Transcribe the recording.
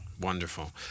wonderful